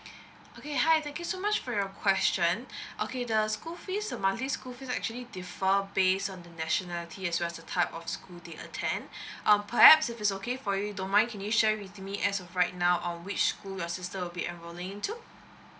okay hi thank you so much for your question okay the school fees so monthly school fees actually defer base on the nationality as well a type of school they attend um perhaps if it's okay for you don't mind can you share with me as of right now on which school your sister will be a enrolling too